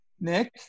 Nick